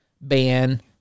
ban